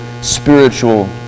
spiritual